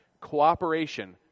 Cooperation